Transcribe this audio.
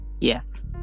Yes